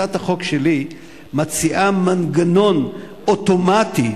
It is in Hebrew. הצעת החוק שלי מציעה מנגנון אוטומטי